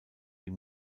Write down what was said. die